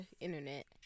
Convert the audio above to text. internet